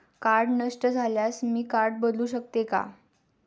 Card नष्ट झाल्यास मी कार्ड बदलू शकते का?